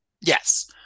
Yes